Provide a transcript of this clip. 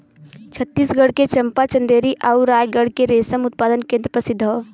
छतीसगढ़ के चंपा, चंदेरी आउर रायगढ़ के रेशम उत्पादन केंद्र प्रसिद्ध हौ